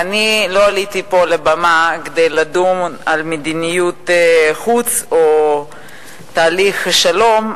ואני לא עליתי פה לבמה כדי לדון על מדיניות חוץ או תהליך שלום,